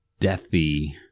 deathy